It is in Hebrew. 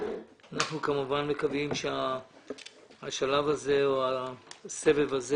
אנחנו כמובן מקווים שהשלב הזה או הסבב הזה